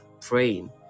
praying